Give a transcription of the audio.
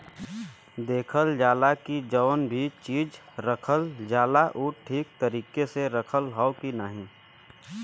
देखल जाला की जौन भी चीज रखल जाला उ ठीक तरीके से रखल हौ की नाही